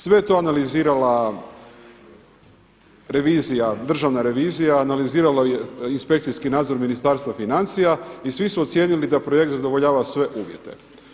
Sve je to analizirala Državna revizija, analizirao je i Inspekcijski nadzor Ministarstva financija i svi su ocijenili da projekt zadovoljava sve uvjete.